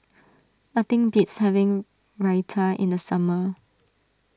nothing beats having Raita in the summer